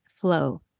flow